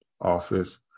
Office